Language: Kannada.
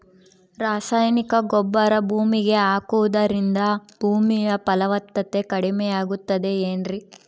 ರಾಸಾಯನಿಕ ಗೊಬ್ಬರ ಭೂಮಿಗೆ ಹಾಕುವುದರಿಂದ ಭೂಮಿಯ ಫಲವತ್ತತೆ ಕಡಿಮೆಯಾಗುತ್ತದೆ ಏನ್ರಿ?